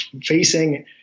facing